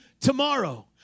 tomorrow